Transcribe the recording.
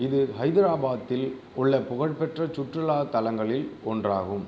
இது ஹைதராபாத்தில் உள்ள புகழ்பெற்ற சுற்றுலா தளங்களில் ஒன்றாகும்